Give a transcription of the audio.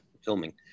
filming